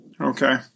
Okay